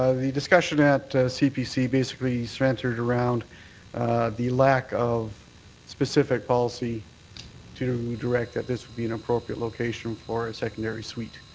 the discussion at cpc basically centred around the lack of specific policy to to direct that this would be an appropriate location for a secondary suite.